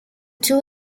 two